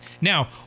Now